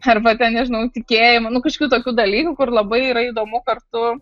arba ten nežinau tikėjimo nu kažkokių tokių dalykų kur labai yra įdomu kartu